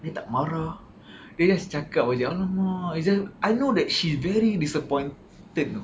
dia tak marah dia just cakap aja !alamak! it's just I know that she's very disappointed you know